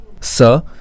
Sir